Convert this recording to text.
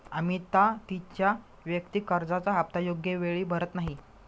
अमिता तिच्या वैयक्तिक कर्जाचा हप्ता योग्य वेळी भरत नाही